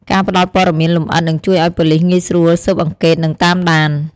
ការផ្ដល់ព័ត៌មានលម្អិតនឹងជួយឲ្យប៉ូលិសងាយស្រួលស៊ើបអង្កេត និងតាមដាន។